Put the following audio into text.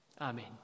Amen